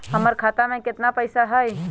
हमर खाता में केतना पैसा हई?